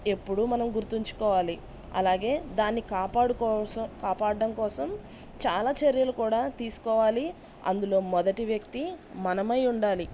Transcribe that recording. ఎప్పుడూ మనం గుర్తుంచుకోవాలి అలాగే దాన్ని కాపాడడం కోసం చాలా చర్యలు కూడా తీసుకోవాలి అందులో మొదటి వ్యక్తి మనమై ఉండాలి